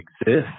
exist